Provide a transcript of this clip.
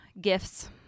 Gifts